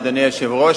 אדוני היושב-ראש,